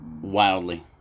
wildly